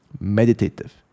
meditative